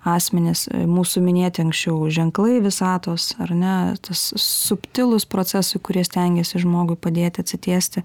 asmenys ir mūsų minėti anksčiau ženklai visatos ar ne tas subtilūs procesai kurie stengiasi žmogui padėti atsitiesti